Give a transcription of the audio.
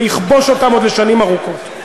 ויחבוש אותם עוד לשנים ארוכות.